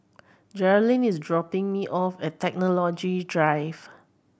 Jerrilyn is dropping me off at Technology Drive